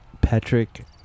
Patrick